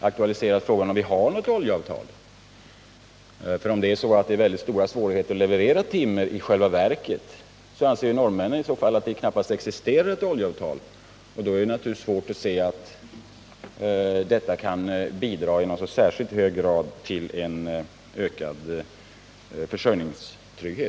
aktualiseras då frågan, om vi egentligen har något sådant. Om det visar sig att vi har väldigt stora svårigheter att leverera timmer, anser norrmännen att det knappast existerar ett oljeavtal. Då är det naturligtvis svårt att se att detta i någon särskilt hög grad kan bidra till en ökad försörjningstrygghet.